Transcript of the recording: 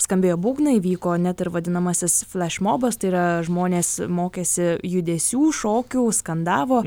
skambėjo būgnai vyko net ir vadinamasis flašmobas tai yra žmonės mokėsi judesių šokių skandavo